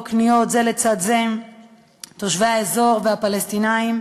קניות זה לצד זה תושבי האזור והפלסטינים,